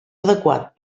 adequat